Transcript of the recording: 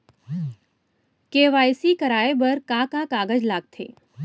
KYC कराये बर का का कागज लागथे?